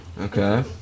Okay